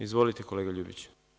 Izvolite, kolega Ljubiću.